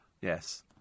Yes